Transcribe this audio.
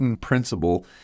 principle